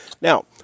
Now